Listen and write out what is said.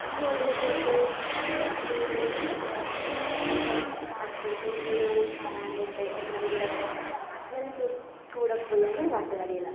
കുഞ്ഞായിരുന്നപ്പം എപ്പോഴോ സ്കൂളിൽ സംഘം പാട്ട് സംഘഗാനം പാടാനായിട്ട് എല്ലാരും കൂടി വരാൻ പറഞ്ഞ് അങ്ങനെ കൂ കൂടെപ്പോയി അങ്ങനെ പാട്ടു പാടിയതാണ്